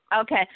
Okay